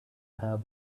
have